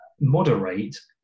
moderate